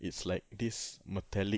it's like this metallic